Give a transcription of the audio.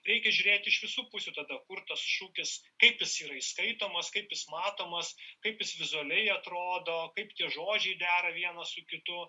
reikia žiūrėti iš visų pusių tada kur tas šūkis kaip jis yra įskaitomas kaip jis matomas kaip jis vizualiai atrodo kaip tie žodžiai dera vienas su kitu